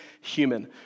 human